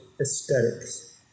aesthetics